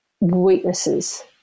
weaknesses